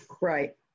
Right